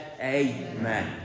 Amen